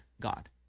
God